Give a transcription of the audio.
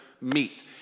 meet